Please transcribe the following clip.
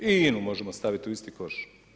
I INA-u možemo staviti u isti koš.